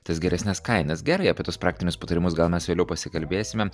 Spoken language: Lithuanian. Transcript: tas geresnes kainas gerai apie tuos praktinius patarimus gal mes vėliau pasikalbėsime